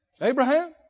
Abraham